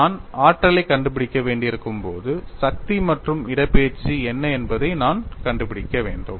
நான் ஆற்றலைக் கண்டுபிடிக்க வேண்டியிருக்கும் போது சக்தி மற்றும் இடப்பெயர்ச்சி என்ன என்பதை நான் கண்டுபிடிக்க வேண்டும்